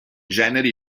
generi